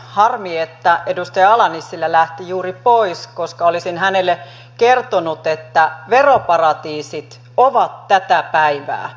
harmi että edustaja ala nissilä lähti juuri pois koska olisin hänelle kertonut että veroparatiisit ovat tätä päivää